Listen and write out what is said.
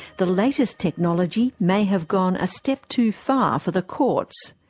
the latest technology may have gone a step too far for the courts.